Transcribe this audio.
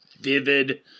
vivid